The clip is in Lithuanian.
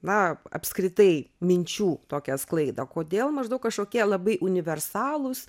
na apskritai minčių tokią sklaidą kodėl maždaug kažkokie labai universalūs